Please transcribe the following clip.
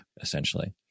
essentially